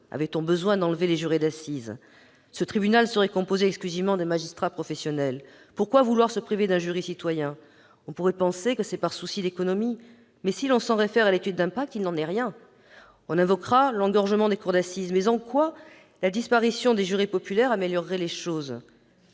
était-il nécessaire de supprimer les jurés d'assises ? Ce tribunal serait composé exclusivement de magistrats professionnels. Pourquoi vouloir se priver d'un jury citoyen ? On pourrait penser que c'est par souci d'économie, mais, si l'on s'en réfère à l'étude d'impact, il n'en est rien. On invoquera l'engorgement des cours d'assises. Mais en quoi la disparition des jurés populaires améliorerait-elle les choses ?